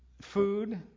food